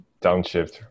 downshift